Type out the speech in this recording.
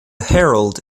herald